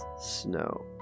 snow